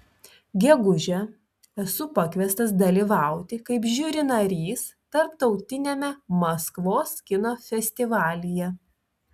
gegužę esu pakviestas dalyvauti kaip žiuri narys tarptautiniame maskvos kino festivalyje